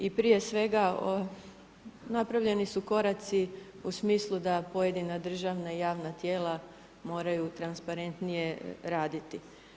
I prije svega napravljeni su koraci u smislu da pojedina državna i javna tijela moraju transparentnije raditi.